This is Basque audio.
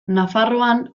nafarroan